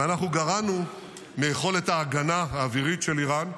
אנחנו גרענו מיכולת ההגנה האווירית של איראן.